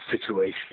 situation